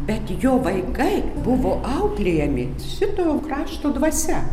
bet gi jo vaikai buvo auklėjami šito krašto dvasia